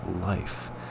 life